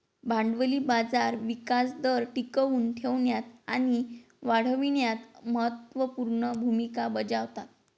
भांडवली बाजार विकास दर टिकवून ठेवण्यात आणि वाढविण्यात महत्त्व पूर्ण भूमिका बजावतात